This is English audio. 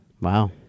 Wow